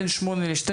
בין 8 ל-12,